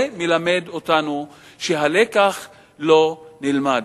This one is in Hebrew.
זה מלמד אותנו שהלקח לא נלמד.